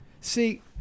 See